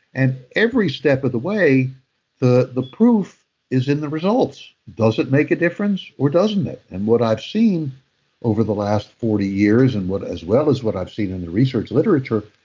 and every step of the way the the proof is in the results. does it make a difference or doesn't it? and what i've seen over the last forty years, and as well as what i've seen in the research literature,